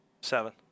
Seven